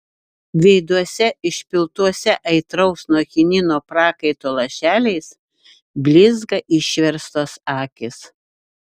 veiduose išpiltuose aitraus nuo chinino prakaito lašeliais blizga išverstos akys